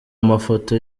amafoto